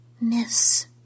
Miss